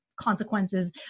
consequences